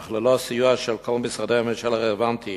אך ללא סיוע של כל משרדי הממשלה הרלוונטיים,